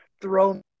throw